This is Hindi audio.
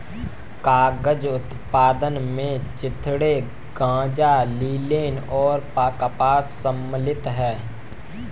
कागज उत्पादन में चिथड़े गांजा लिनेन और कपास शामिल है